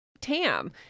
tam